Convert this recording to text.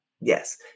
yes